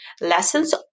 Lessons